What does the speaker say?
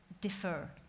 differ